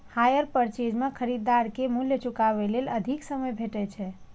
hire purchase मे खरीदार कें मूल्य चुकाबै लेल अधिक समय भेटै छै